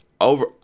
over